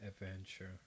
adventure